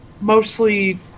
mostly